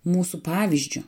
mūsų pavyzdžiu